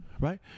Right